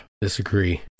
disagree